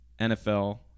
NFL